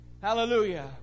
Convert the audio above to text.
Hallelujah